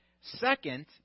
Second